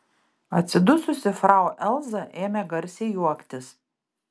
atsidususi frau elza ėmė garsiai juoktis